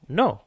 no